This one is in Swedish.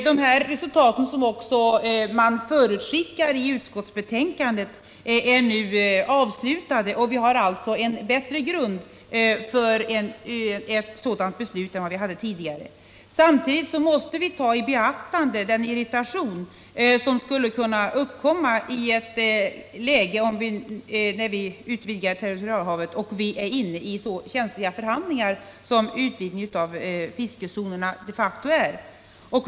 Dessa utredningar, som man i utskottsbetänkandet också förutskickade skulle göras, är nu avslutade och vi har alltså en bättre grund för ett beslut än vi hade tidigare. Samtidigt måste vi ta i beaktande den irritation som skulle kunna uppkomma om vi utvidgar territorialhavet samtidigt som vi är inne i så känsliga förhandlingar som en utvidgning av fiskezonen de facto är.